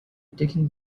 taking